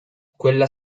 quella